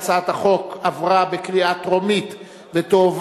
ההצעה להעביר את הצעת חוק לתיקון פקודת ביטוח